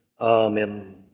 Amen